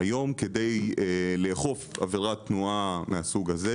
היום כדי לאכוף עבירת תנועה מהסוג הזה